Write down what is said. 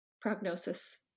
prognosis